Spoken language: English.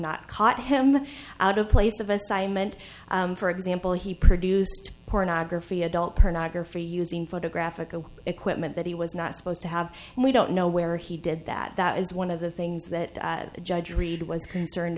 not caught him out of place of assignment for example he produced pornography adult her knocker for using photographic equipment that he was not supposed to have and we don't know where he did that that is one of the things that judge reed was concerned